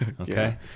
okay